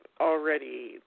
already